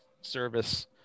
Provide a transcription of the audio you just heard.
service